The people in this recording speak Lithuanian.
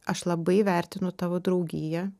aš labai vertinu tavo draugiją